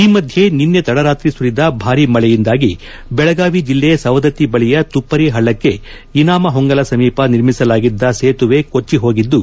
ಈ ಮಧ್ಯೆ ನಿನ್ನೆ ತಡರಾತ್ರಿ ಸುರಿದ ಭಾರೀ ಮಳೆಯಿಂದಾಗಿ ಬೆಳಗಾವಿ ಜಿಲ್ಲೆ ಸವದತ್ತಿ ಬಳಿಯ ತುಪ್ಪರಿ ಹಳ್ಳಕ್ಕೆ ಅನಾಮಹೊಂಗಲ ಸಮೀಪ ನಿರ್ಮಿಸಲಾಗಿದ್ದ ಸೇತುವೆ ಕೊಚ್ಚಿ ಹೋಗಿದ್ದು